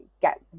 get